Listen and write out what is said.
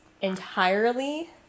entirely